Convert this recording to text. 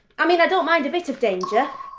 i mean i don't mind a bit of danger,